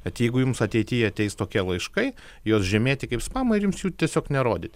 kad jeigu jums ateity ateis tokie laiškai juos žymėti kaip spamą ir jums jų tiesiog nerodyt